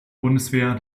bundeswehr